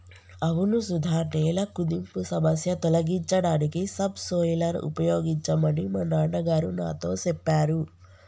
అవును సుధ నేల కుదింపు సమస్య తొలగించడానికి సబ్ సోయిలర్ ఉపయోగించమని మా నాన్న గారు నాతో సెప్పారు